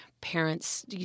parents